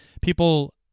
People